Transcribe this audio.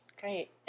Great